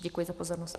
Děkuji za pozornost.